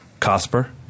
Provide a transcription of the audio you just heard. Casper